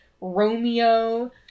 Romeo